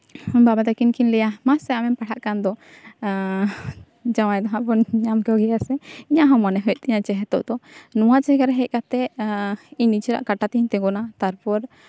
ᱵᱟᱵᱟ ᱛᱟᱠᱤᱱ ᱠᱤᱱ ᱞᱟᱹᱭᱟ ᱢᱟᱥᱮ ᱟᱢᱮᱢ ᱯᱟᱲᱦᱟᱜ ᱠᱟᱱ ᱫᱚ ᱡᱟᱶᱟᱭ ᱫᱚᱦᱟᱜ ᱵᱚᱱ ᱧᱟᱢ ᱠᱚᱜᱮᱭᱟᱥᱮ ᱚᱱᱟᱦᱚᱸ ᱢᱚᱱᱮ ᱦᱩᱭᱩᱜ ᱛᱤᱧᱟᱹ ᱡᱮ ᱱᱤᱛᱚᱜ ᱫᱚ ᱱᱚᱣᱟ ᱡᱟᱭᱜᱟ ᱨᱮ ᱦᱮᱡ ᱠᱟᱛᱮ ᱤᱧ ᱱᱤᱡᱮᱨᱟᱜ ᱠᱟᱴᱟ ᱛᱤᱧ ᱛᱤᱸᱜᱩᱱᱟ ᱛᱟᱨᱯᱚᱨ